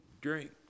drink